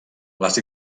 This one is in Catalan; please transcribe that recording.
les